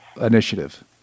initiative